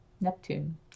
Neptune